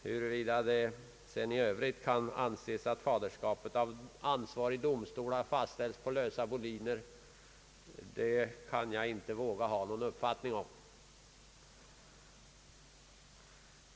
Huruvida det sedan kan anses att faderskap av ansvarig domstol har fastställts på lösa boliner, vågar jag inte ha någon uppfattning om.